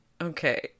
okay